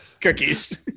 cookies